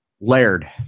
Laird